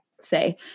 say